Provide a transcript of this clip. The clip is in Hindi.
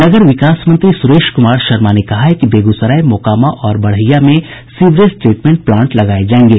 नगर विकास मंत्री सुरेश कुमार शर्मा ने कहा है कि बेगूसराय मोकामा और बड़हिया में सीवरेज ट्रीटमेंट प्लांट लगाये जायेंगे